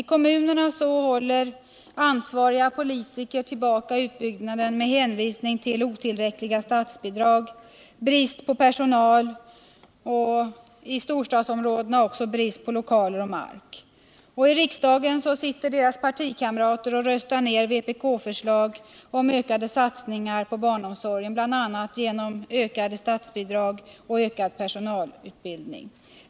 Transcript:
I kommunerna håller ansvariga politiker tillbaka utbyggnaden med hänvisning till otillräckliga statsbidrag och brist på personal. och i storstadsområdena hänvisas dessutom till brist på lokaler och mark. I riksdagen sitter deras partikamrater och röstar ner vpk-förslag om ökade satsningar på barnomsorgen bl.a. genom höjt statsbidrag och ökad personalutbildning.